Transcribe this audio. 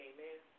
Amen